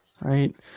right